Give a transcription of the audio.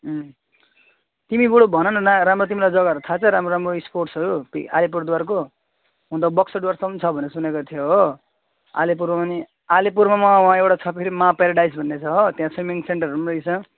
उम्म तिमी बरू भन न न राम्रो तिमीलाई जग्गाहरू थाहा छ राम्रो राम्रो स्पट्सहरू पी अलिपुरद्वारको हुनु त बक्सा डुवर्समा पनि छ भनेको सुनेको थिएँ हो अलिपुरमा पनि अलिपुरमा वहाँ वहाँ एउटा छ फेरि माँ प्याराडाइज भन्ने छ हो त्यहाँ स्विमिङ सेन्टरहरू पनि रहेछ